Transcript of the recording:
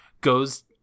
goes